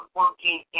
working